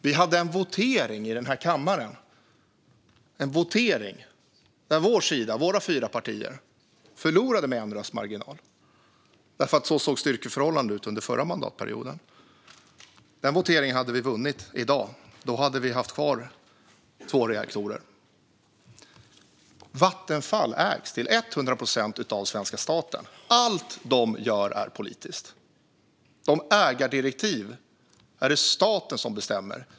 Vi hade en votering här i kammaren där vår sida, våra fyra partier, förlorade med en enda röst, för så såg styrkeförhållandena ut under förra mandatperioden. Den voteringen hade vi vunnit i dag, och då hade Sverige haft kvar två reaktorer. Vattenfall ägs till 100 procent av svenska staten. Allt de gör är politiskt. Ägardirektiven bestäms av staten.